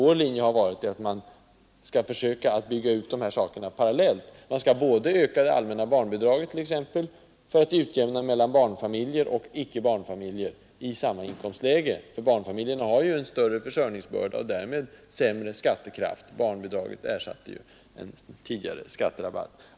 Vår linje har varit att man skall försöka bygga ut de här sakerna parallellt — man skall t.ex. öka det allmänna barnbidraget för att utjämna mellan barnfamiljer och icke barnfamiljer i samma inkomstläge. Barnfamiljerna har en större försörjningsbörda och därmed sämre skattekraft; barnbidraget ersatte ju en tidigare skatterabatt.